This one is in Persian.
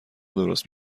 درست